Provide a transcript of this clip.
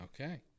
Okay